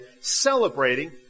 celebrating